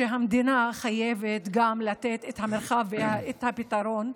המדינה חייבת גם לתת את המרחב ואת הפתרון.